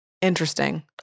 Interesting